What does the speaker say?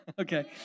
okay